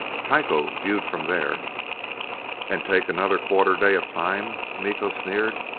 tycho, viewed from there and take another quarter day of time? miko sneered.